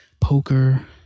poker